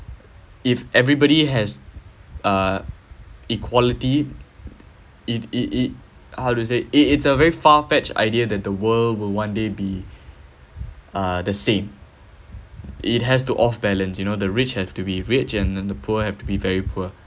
if everybody has uh equality it it it how to say it it's a very far fetched idea that the world will one day be uh the same it has to off balance you know the rich have to be rich and the poor have to be very poor